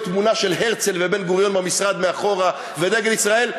תמונה של הרצל ובן-גוריון במשרד מאחור ודגל ישראל,